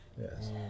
Yes